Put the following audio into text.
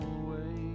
away